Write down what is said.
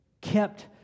kept